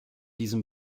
diesem